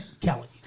Kelly